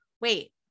wait